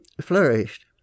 flourished